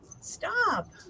stop